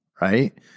right